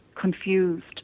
confused